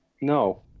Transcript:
No